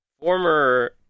former